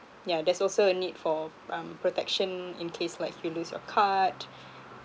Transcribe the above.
yeah there's also a need for um protection in case like you lose your card